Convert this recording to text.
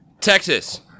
Texas